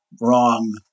wrong